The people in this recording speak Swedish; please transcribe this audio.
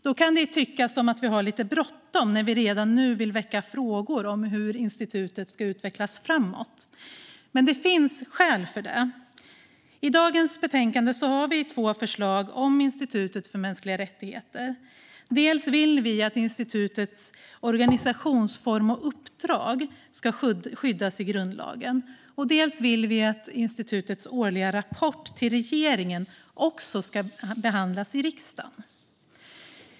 Det kan tyckas som att vi har lite bråttom när vi redan nu vill väcka frågor om hur institutet ska utvecklas framåt. Men det finns skäl för det. I dagens betänkande har vi två förslag om Institutet för mänskliga rättigheter. Dels vill vi att institutets organisationsform och uppdrag ska skyddas i grundlagen, dels vill vi att institutets årliga rapport till regeringen också ska behandlas av riksdagen.